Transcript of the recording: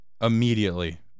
immediately